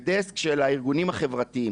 ודסק של הארגונים החברתיים.